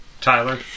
Tyler